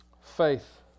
Faith